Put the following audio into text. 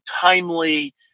timely